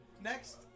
Next